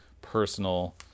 personal